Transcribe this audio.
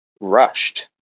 rushed